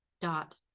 dot